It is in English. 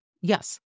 Yes